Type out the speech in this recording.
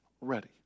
ready